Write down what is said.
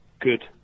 good